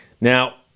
Now